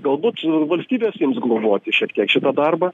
galbūt valstybės ims globoti šiek tiek šitą darbą